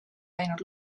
läinud